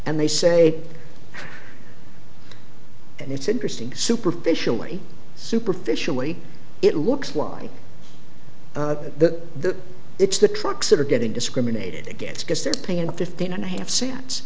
and they say and it's interesting superficially superficially it looks like the it's the trucks that are getting discriminated against because they're paying a fifteen and a half